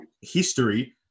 history